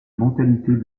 mentalités